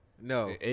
No